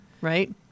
right